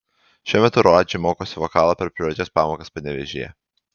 šiuo metu radži mokosi vokalo per privačias pamokas panevėžyje